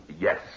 yes